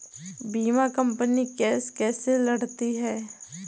बीमा company case कैसे लड़ती है?